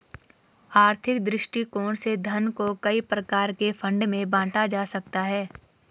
आर्थिक दृष्टिकोण से धन को कई प्रकार के फंड में बांटा जा सकता है